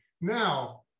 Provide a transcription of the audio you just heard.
now